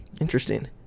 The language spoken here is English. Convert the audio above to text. interesting